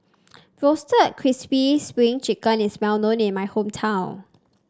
Roasted Crispy Spring Chicken is well known in my hometown